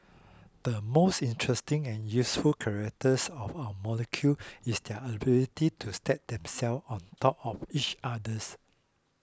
the most interesting and useful characteristic of our molecules is their ability to stack themselves on top of each others